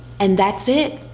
and that's it.